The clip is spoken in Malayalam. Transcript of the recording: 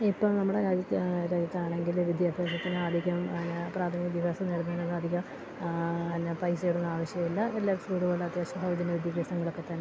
ഇപ്പം നമ്മുടെ രാജ്യത്ത് രാജ്യത്താണെങ്കില് വിദ്യാഭ്യാസത്തിനധികം എന്നാ പ്രാഥമിക വിദ്യാഭ്യാസം നേടുന്നതിന് അധിക എന്നാ പൈസയുടെയൊന്നും ആവശ്യം ഇല്ല എല്ലാ സ്കൂളുകളിലും അത്യാവശ്യം സൗജന്യ വിദ്യാഭ്യാസങ്ങളൊക്ക തന്നെയാണ്